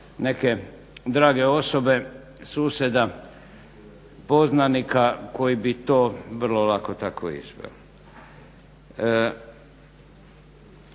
neke drage osobe, susjeda, poznanika koji bi to vrlo lako tako izveo.